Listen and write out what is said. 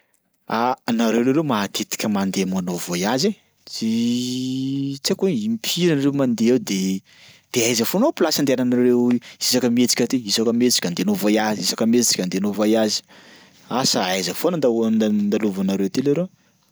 Ah, nareo leroa matetika mandeha manao voyage e. Tsy haiko hoe impiry anareo mandeha de de aiza foano hoa plasy andehananareo isaka mihetsika ty? Isaka mihetsika andeha hanao voyage isaka mihetsika andeha hanao voyage. Asa aiza foana ndao- andal- andalovanareo ty leroa?